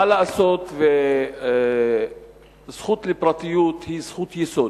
מה לעשות, וזכות לפרטיות היא זכות יסוד,